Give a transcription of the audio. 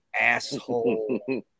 asshole